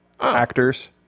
actors